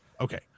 okay